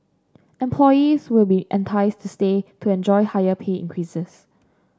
employees will be enticed to stay to enjoy higher pay increases